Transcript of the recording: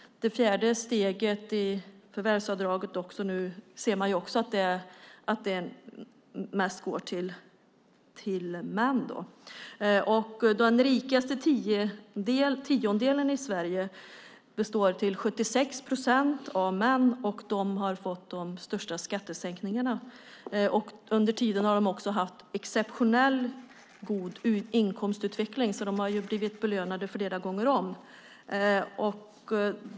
Det fjärde steget i förvärvsavdraget gynnar också mest män. Den rikaste tiondelen i Sverige består till 76 procent av män, och de har fått de största skattesänkningarna. Under tiden har de också haft exceptionellt god inkomstutveckling, så de har blivit belönade flera gånger om.